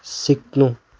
सिक्नु